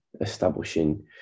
establishing